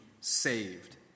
saved